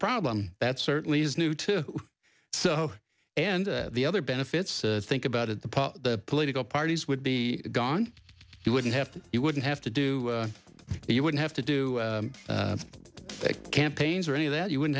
problem that certainly is new to so and the other benefits think about it the political parties would be gone you wouldn't have to you wouldn't have to do that you would have to do campaigns or any of that you wouldn't